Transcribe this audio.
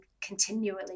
continually